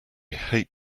hate